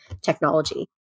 technology